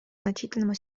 значительному